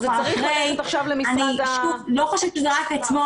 אני לא חושבת שזה היה אתמול.